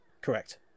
Correct